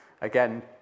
again